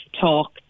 talk